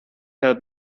help